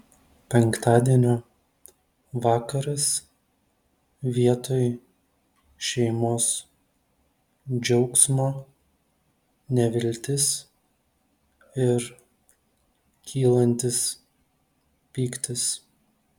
penktadienio vakaras vietoj šeimos džiaugsmo neviltis ir kylantis pyktis